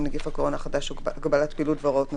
נגיף הקורונה החדש (הוראת שעה) (הגבלת פעילות והוראות נוספות),